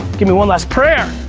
give me one last prayer!